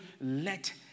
let